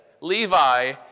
Levi